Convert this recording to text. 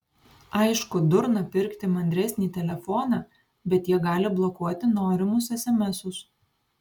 aišku durna pirkti mandresnį telefoną bet jie gali blokuoti norimus esemesus